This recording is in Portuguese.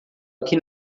aqui